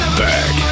back